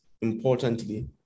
importantly